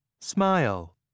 Smile